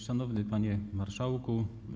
Szanowny Panie Marszałku!